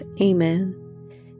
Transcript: Amen